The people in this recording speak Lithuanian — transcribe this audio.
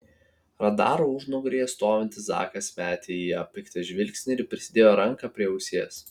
radaro užnugaryje stovintis zakas metė į ją piktą žvilgsnį ir prisidėjo ranką prie ausies